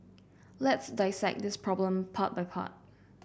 let's dissect this problem part by part